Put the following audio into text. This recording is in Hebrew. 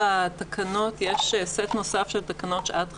לתקנות יש סט נוסף של תקנות שעת חירום,